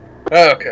Okay